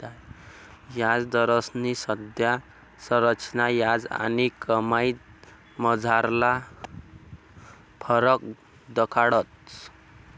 याजदरस्नी संज्ञा संरचना याज आणि कमाईमझारला फरक दखाडस